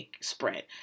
spread